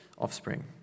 offspring